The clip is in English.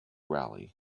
rally